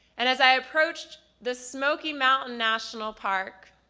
and as i approached the smoky mountain national park,